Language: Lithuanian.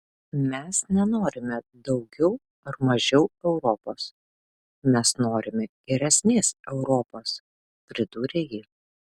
mes nenorime daugiau ar mažiau europos mes norime geresnės europos pridūrė ji